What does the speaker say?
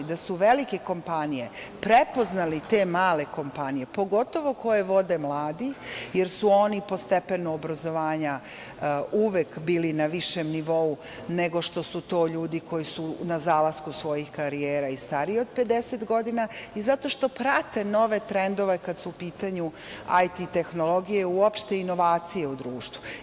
Da su velike kompanije prepoznale te male kompanije, pogotovo koje vode mladi jer su oni po stepenu obrazovanja uvek bili na višem nivou nego što su to ljudi koji su na zalasku svojih karijera i stariji od 50 godina i zato što prate nove trendove kada su u pitanju IT tehnologije, uopšte inovacije u društvu.